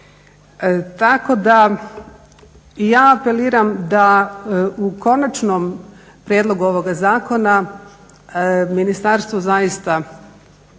Tako da i ja apeliram da u konačnom prijedlogu ovoga zakona ministarstvo zaista